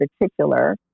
particular